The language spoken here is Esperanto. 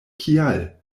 kial